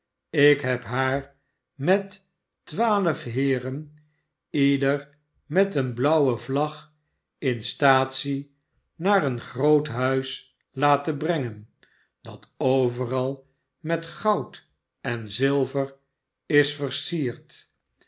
ik heb haar met twaalf heeren ieder met eene blauwe vlag in staatsie naar een groot huis laten brengen dat overal met goud en zilver is yersierd